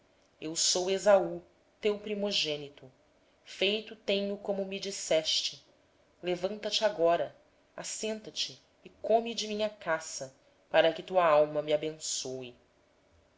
eu sou esaú teu primogênito tenho feito como me disseste levanta-te pois senta-te e come da minha caça para que a tua alma me abençoe